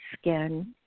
skin